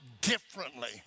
differently